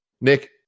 Nick